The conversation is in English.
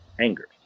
anger